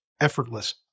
effortless